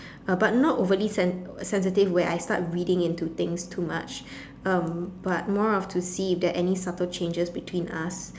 uh but not overly sen~ sensitive where I start reading into things too much um but more of to see if there are any subtle changes between us